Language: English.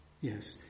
yes